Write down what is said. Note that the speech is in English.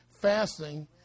fasting